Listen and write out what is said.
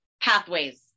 pathways